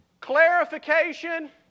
clarification